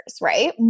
right